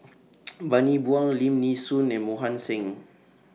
Bani Buang Lim Nee Soon and Mohan Singh